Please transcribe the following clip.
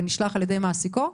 נשלח על ידי מעסיקו,